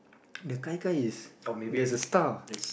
that Gai-Gai is there's a star